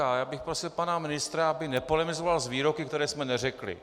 Já bych prosil pana ministra, aby nepolemizoval s výroky, které jsme neřekli.